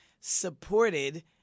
supported